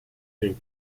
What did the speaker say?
den